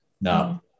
No